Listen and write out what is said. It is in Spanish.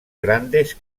grandes